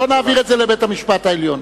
לא נעביר את זה לבית-המשפט העליון.